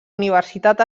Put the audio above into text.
universitat